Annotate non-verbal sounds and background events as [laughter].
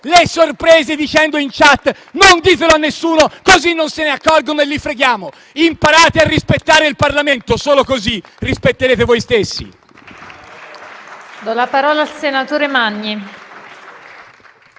le sorprese dicendo in *chat* di non dirlo a nessuno, «così non se ne accorgono e li freghiamo». [applause] Imparate a rispettare il Parlamento, solo così rispetterete voi stessi!